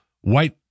white